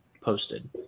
posted